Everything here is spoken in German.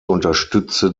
unterstütze